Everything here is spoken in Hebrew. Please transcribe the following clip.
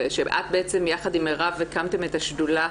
ושאת בעצם יחד עם מירב הקמתן את השדולה